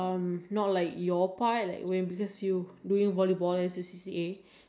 what do you call that I don't have one C_C_A I feel like I jump from one C_C_A to another